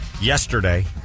yesterday